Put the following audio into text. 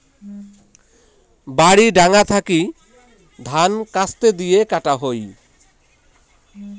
বাড়ি ডাঙা থাকি ধান কাস্তে দিয়ে কাটা হই